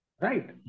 Right